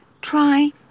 try